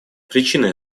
причиной